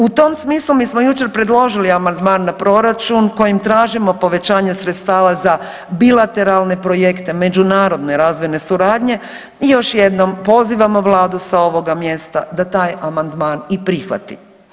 U tom smislu mi smo jučer predložili amandman na proračun kojim tražimo povećanje sredstava za bilateralne projekte međunarodne razvojne suradnje i još jednom pozivamo Vladu sa ovoga mjesta da taj amandman i prihvati.